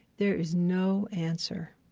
there is no answer.